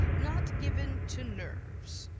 not given to nerves